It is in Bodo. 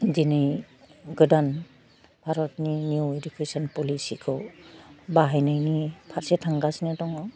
दिनै गोदान भारतनि निउ इदुकेसन पलिसिखौ बाहायनायनि फारसे थांगासिनो दङ